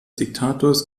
diktators